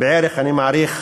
אני מעריך